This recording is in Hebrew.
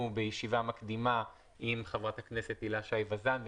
בישיבה מקדימה עם חברת הכנסת הילה שי ווזאן,